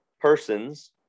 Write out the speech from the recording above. Persons